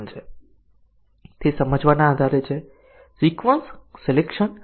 તે સુધારેલ condition decision coverage માટે વપરાય છે તે એક કન્ડિશન કવરેજ તકનીક પણ છે